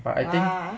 !wah!